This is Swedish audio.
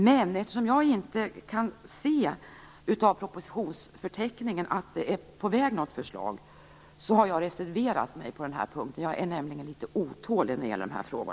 Men eftersom jag inte kan se av propositionsförteckningen att ett förslag är på väg har jag reserverat mig på den här punkten. Jag är nämligen litet otålig i dessa frågor.